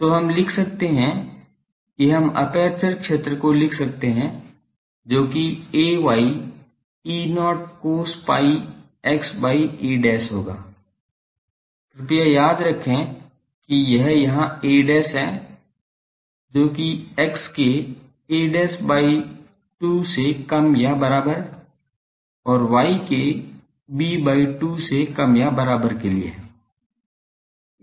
तो हम लिख सकते हैं कि हम एपर्चर क्षेत्र को लिख सकते हैं जो कि ay E0 cos pi x by a होगा कृपया याद रखें कि यह यहाँ a' है जो की x के a by 2 से कम या बराबर और y के b by 2 से कम या बराबर के लिए है